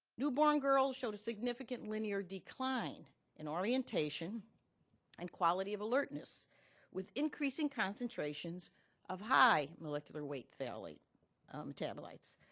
newborn girls showed a significant linear decline in orientation and quality of alertness with increasing concentrations of high molecular weight phthalate metabolites.